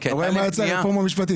אולי הוא היה צריך רפורמה משפטית.